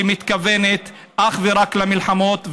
שמתכוונת אך ורק למלחמות,